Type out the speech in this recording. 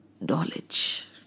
knowledge